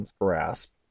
grasp